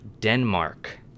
Denmark